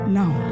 now